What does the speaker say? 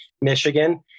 Michigan